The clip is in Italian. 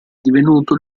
divenuto